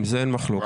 עם זה אין מחלוקת.